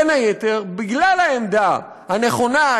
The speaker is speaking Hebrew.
בין היתר בגלל העמדה הנכונה,